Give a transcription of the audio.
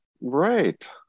Right